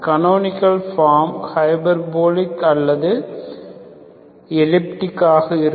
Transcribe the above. canonical form hyperbolic அல்லது elliptic ஆக இருக்கும்